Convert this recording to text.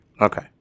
Okay